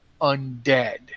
undead